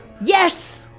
Yes